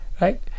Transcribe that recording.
right